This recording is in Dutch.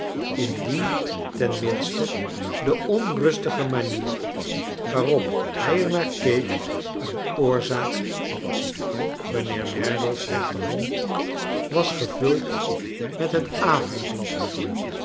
indien ten minste de onrustige manier waarop hij er naar keek een oorzaak had mijnheer merdvs reenter hand was gevuld met het